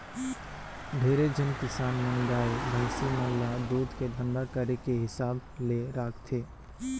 ढेरे झन किसान मन गाय, भइसी मन ल दूद के धंधा करे के हिसाब ले राखथे